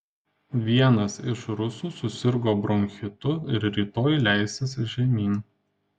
vienas iš rusų susirgo bronchitu ir rytoj leisis žemyn